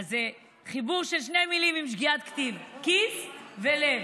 אז חיבור של שתי מילים עם שגיאת כתיב: כיס ולב.